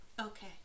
Okay